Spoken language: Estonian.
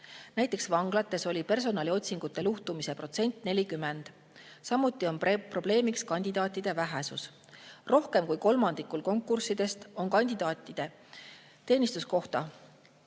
Näiteks vanglates oli personaliotsingute luhtumise protsent 40. Samuti on probleemiks kandidaatide vähesus. Rohkem kui kolmandikul konkurssidest on kandidaate teenistuskoha